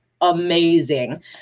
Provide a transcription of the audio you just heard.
amazing